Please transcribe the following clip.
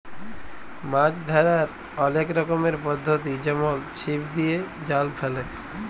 মাছ ধ্যরার অলেক রকমের পদ্ধতি যেমল ছিপ দিয়ে, জাল ফেলে